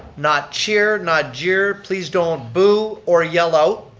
not cheer, not jeer, please don't boo or yell out.